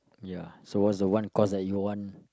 ya so what's the one course that you want